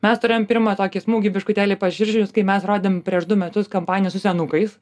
mes turėjom pirmą tokį smūgį biškutėlį į paširdžius kai mes rodėm prieš du metus kampaniją su senukais